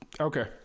Okay